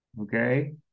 okay